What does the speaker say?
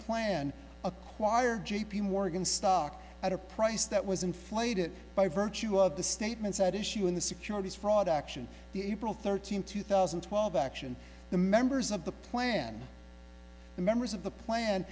plan acquire j p morgan stock at a price that was inflated by virtue of the statements at issue in the securities fraud action the april thirteenth two thousand and twelve action the members of the plan the members of the plan